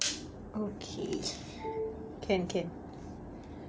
okay can can